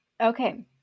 Okay